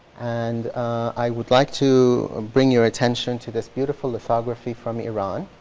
and i would like to bring your attention to this beautiful lithography from iran.